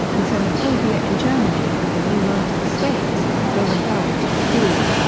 and xenophobia in germany and the united states groenfeldt, d.